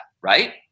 right